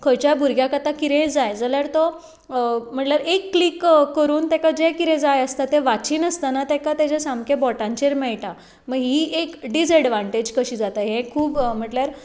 खंयच्याय भुरग्याक आतां कितेंय जाय जाल्यार तो म्हणल्यार एक क्लीक करून ताका जें कितें जाय आसता तें वाचिनासतना ताका ताच्या सामकें बोटांचेर मेळटा मागी ही एक डिजएडवानटेज कशी जाता हें खूब म्हटल्यार